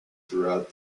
throughout